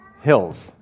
Hills